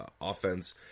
offense